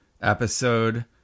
episode